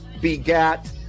begat